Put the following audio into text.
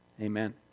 Amen